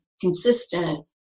consistent